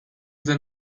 that